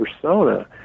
persona